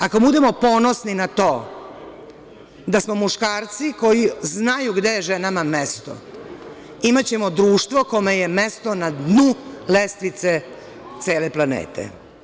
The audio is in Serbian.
Ako budemo ponosni na to da smo muškarci koji znaju gde je ženama mesto, imaćemo društvo kome je mesto na dnu lestvice cele planete.